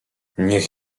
niech